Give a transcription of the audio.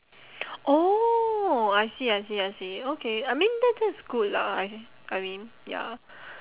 oh I see I see I see okay I mean that that's good lah I thi~ I mean ya